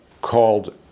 called